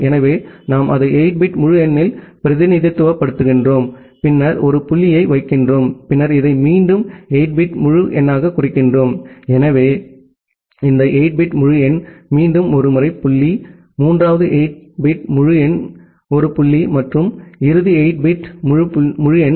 எனவே நாம் அதை 8 பிட் முழு எண்ணில் பிரதிநிதித்துவப்படுத்துகிறோம் பின்னர் ஒரு புள்ளியை வைக்கிறோம் பின்னர் இதை மீண்டும் 8 பிட் முழு எண்ணாகக் குறிக்கிறோம் எனவே இந்த 8 பிட் முழு எண் மீண்டும் ஒரு புள்ளி மூன்றாவது 8 பிட் முழு எண் ஒரு புள்ளி மற்றும் இறுதி 8 பிட் முழு எண்